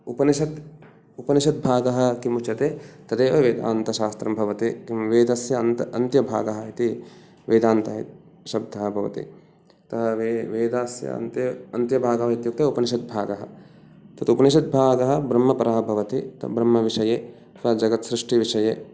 उपनिषत् उपनिषद्भागः किम् उच्यते तदेव वेदान्तशास्त्रं भवति किं वेदस्य अन्त्यभागः इति वेदान्ते शब्दः भवति वेदस्य अन्ते अन्त्यभागः इत्युक्ते उपनिषद्भागः तत् उपनिषद्भागः ब्रह्मपरः भवति परब्रह्मविषये अथवा जगत्सृष्टिविषये